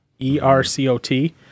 ERCOT